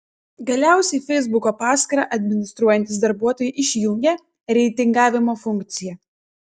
galiausiai feisbuko paskyrą administruojantys darbuotojai išjungė reitingavimo funkciją